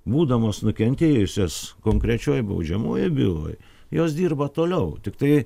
būdamos nukentėjusios konkrečioj baudžiamojoj byloj jos dirba toliau tiktai